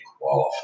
qualify